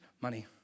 money